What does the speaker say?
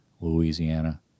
Louisiana